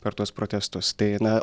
per tuos protestus tai na